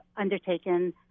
undertaken